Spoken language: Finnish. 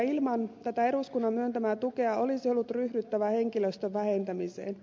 ilman tätä eduskunnan myöntämää tukea olisi ollut ryhdyttävä henkilöstön vähentämiseen